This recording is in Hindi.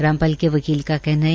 रामपाल के वकील का कहना है